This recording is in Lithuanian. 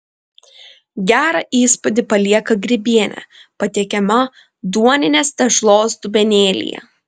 gerą įspūdį palieka grybienė patiekiama duoninės tešlos dubenėlyje